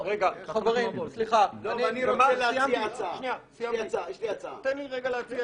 אני מציע לחתוך